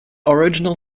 original